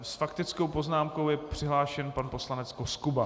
S faktickou poznámkou je přihlášen pan poslanec Koskuba.